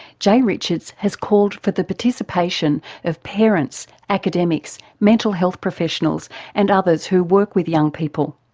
jay richards has called for the participation of parents, academics, mental health professionals and others who work with young people.